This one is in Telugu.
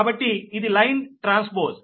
కాబట్టి ఇది లైన్ ట్రాన్స్పోజ్